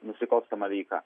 nusikalstama veika